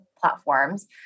platforms